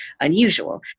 unusual